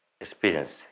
experience